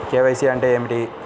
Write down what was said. KYC అంటే ఏమిటి?